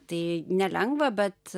tai nelengva bet